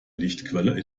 lichtquelle